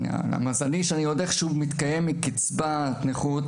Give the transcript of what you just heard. למזלי, אני עוד איכשהו מתקיים מקצבת נכות,